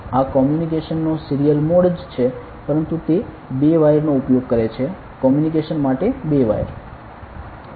આ કોમ્યુનિકેશન નો serial mode જ છે પરંતુ તે 2 વાયર નો ઉપયોગ કરે છે કોમ્યુનિકેશન માટે 2 વાયર